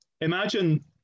imagine